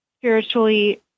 spiritually